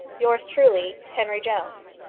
yours truly, henry jones.